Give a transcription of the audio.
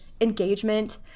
engagement